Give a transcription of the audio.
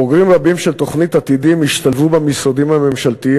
בוגרים רבים של תוכנית "עתידים" השתלבו במשרדים הממשלתיים,